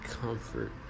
comfort